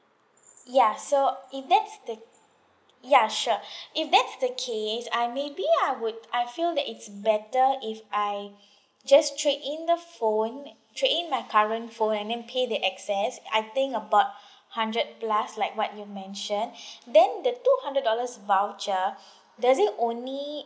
ya so if that's the ya sure if that's the case I maybe I would I feel that it's better if I just trade in the phone trade in my current phone and then pay the excess I think about hundred plus like what you mentioned then the two hundred dollars voucher does it only